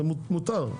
זה מותר.